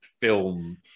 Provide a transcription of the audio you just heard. film